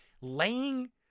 Laying